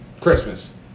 Christmas